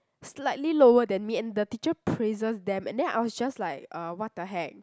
slightly lower than me and the teacher praises them and then I was just like uh !what-the-heck!